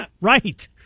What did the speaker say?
right